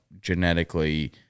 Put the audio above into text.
genetically